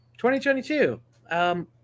2022